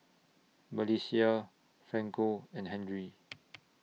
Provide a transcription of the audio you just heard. Melissia Franco and Henry